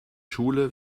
schule